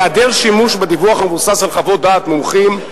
היעדר שימוש בדיווח המבוסס על חוות דעת מומחים,